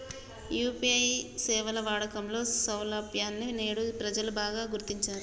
UPI సేవల వాడకంలో సౌలభ్యాన్ని నేడు ప్రజలు బాగా గుర్తించారు